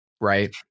Right